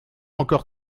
encore